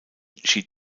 schied